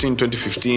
2015